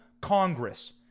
Congress